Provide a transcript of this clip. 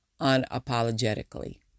unapologetically